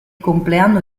compleanno